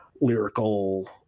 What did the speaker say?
lyrical